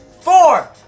four